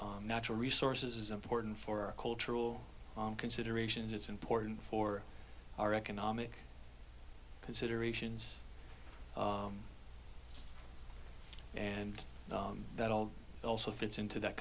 our natural resources is important for cultural considerations it's important for our economic considerations and that all also fits into that